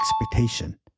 expectation